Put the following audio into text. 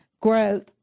growth